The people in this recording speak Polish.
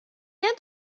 jadł